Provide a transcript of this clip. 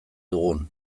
dugun